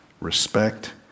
Respect